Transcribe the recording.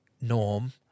norm